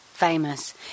famous